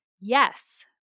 yes